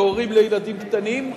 להורים לילדים קטנים,